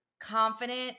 confident